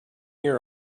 your